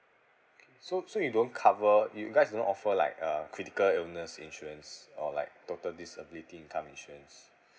K so so you don't cover you you guys do not offer like uh critical illness insurance or like total disability income insurance